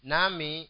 Nami